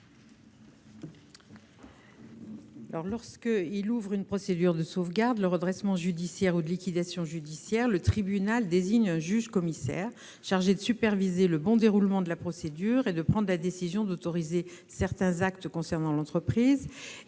Lorsqu'il ouvre une procédure de sauvegarde, de redressement judiciaire ou de liquidation judiciaire, le tribunal désigne un juge-commissaire chargé de superviser le bon déroulement de la procédure et de prendre la décision d'autoriser certains actes concernant l'entreprise.